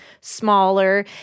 smaller